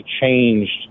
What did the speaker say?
changed